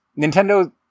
Nintendo